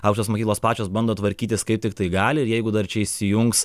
aukštosios mokyklos pačios bando tvarkytis kaip tiktai gali ir jeigu dar čia įsijungs